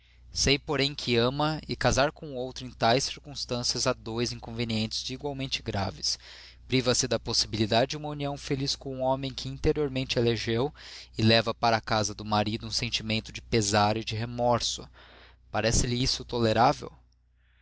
sei porém que ama e casar com outro em tais circunstâncias dá dois inconvenientes igualmente graves priva se da possibilidade de uma união feliz com o homem que interiormente elegeu e leva para a casa do marido um sentimento de pesar e de remorso parece-lhe isso tolerável